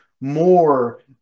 more